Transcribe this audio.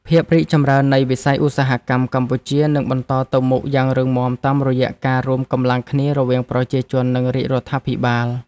ភាពរីកចម្រើននៃវិស័យឧស្សាហកម្មកម្ពុជានឹងបន្តទៅមុខយ៉ាងរឹងមាំតាមរយៈការរួមកម្លាំងគ្នារវាងប្រជាជន និងរាជរដ្ឋាភិបាល។